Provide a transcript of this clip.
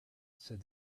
said